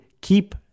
keep